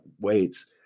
weights